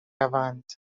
روند